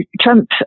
Trump